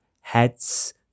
heads